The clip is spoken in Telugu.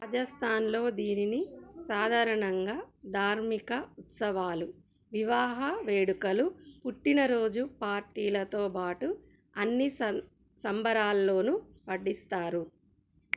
రాజస్థాన్లో దీనిని సాధారణంగా ధార్మిక ఉత్సవాలు వివాహ వేడుకలు పుట్టినరోజు పార్టీలతో పాటు అన్ని సంబరాల్లోనూ వడ్డిస్తారు